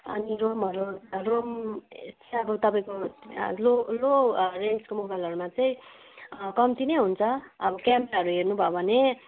अनि रोमहरू रोम चाहिँ अब तपाईँको लो लो रेन्जको मोबाइलहरूमा चाहिँ कम्ति नै हुन्छ अब क्यामेराहरू हेर्नु भयो भने